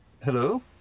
Hello